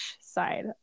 side